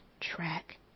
track